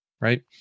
right